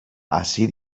ací